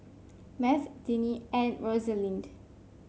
Math Tinnie and Rosalind